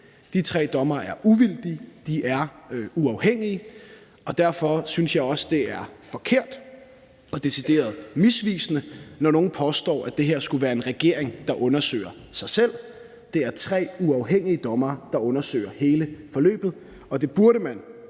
De tre dommere er uvildige, de er uafhængige, og derfor synes jeg også, det er forkert og decideret misvisende, når nogen påstår, at det her skulle være en regering, der undersøger sig selv. Det er tre uafhængige dommere, der undersøger hele forløbet, og det burde man